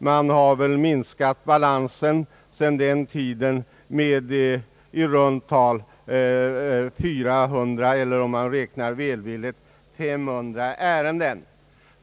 Man har väl minskat balansen sedan den tiden med i runt tal 400 eller välvilligt räknat med 500 ärenden.